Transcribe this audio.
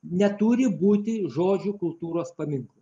neturi būti žodžių kultūros paminklų